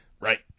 Right